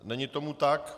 Není tomu tak.